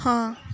ହଁ